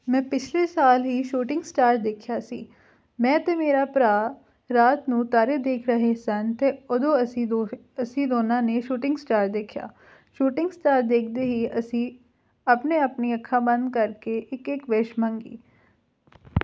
ਮੈਂ ਪਿਛਲੇ ਸਾਲ ਹੀ ਸ਼ੂਟਿੰਗ ਸਟਾਰ ਦੇਖਿਆ ਸੀ ਮੈਂ ਅਤੇ ਮੇਰਾ ਭਰਾ ਰਾਤ ਨੂੰ ਤਾਰੇ ਦੇਖ ਰਹੇ ਸਨ ਅਤੇ ਉਦੋਂ ਅਸੀਂ ਦੋਹੇ ਅਸੀਂ ਦੋਨਾਂ ਨੇ ਸ਼ੂਟਿੰਗ ਸਟਾਰ ਦੇਖਿਆ ਸ਼ੂਟਿੰਗ ਸਟਾਰ ਦੇਖਦੇ ਹੀ ਅਸੀਂ ਆਪਣੇ ਆਪਣੀਆਂ ਅੱਖਾਂ ਬੰਦ ਕਰਕੇ ਇੱਕ ਇੱਕ ਵਿਸ਼ ਮੰਗੀ